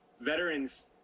veterans